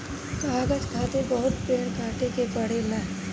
कागज खातिर बहुत पेड़ काटे के पड़ेला